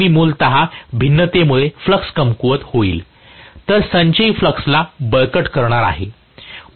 तर मी मूलतः भिन्नतेमुळे फ्लक्स कमकुवत होईल तर संचयी फ्लक्सला बळकट करणार आहे